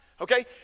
Okay